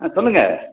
ஆ சொல்லுங்கள்